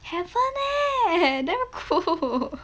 haven't eh damn cool